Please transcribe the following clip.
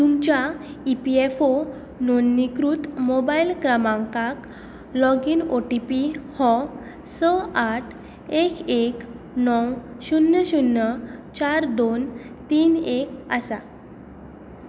तुमच्या E P F O नोंदणीकृत mobile क्रमांकाक लॉगीन टी पी हो स आठ एक एक णव शुन्य शुन्य चार दोन तीन एक आसा